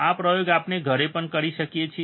આ પ્રયોગ આપણે ઘરે પણ કરી શકીએ છીએ